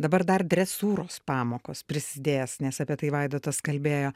dabar dar dresūros pamokos prisidės nes apie tai vaidotas kalbėjo